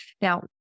Now